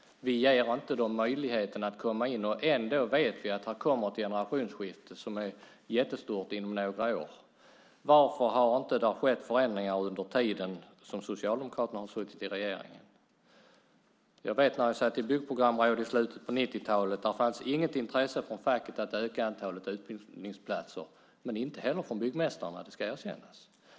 Vi ger dem inte möjligheten att komma in. Ändå vet vi att det inom några år kommer ett jättestort generationsskifte. Varför har det inte skett förändringar under den tid som Socialdemokraterna har suttit i regeringen? Jag vet att när jag satt i Byggprogramrådet i slutet av 90-talet fanns det inget intresse från facket att öka antalet utbildningsplatser - men inte heller från byggmästarna, det ska erkännas.